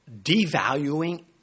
devaluing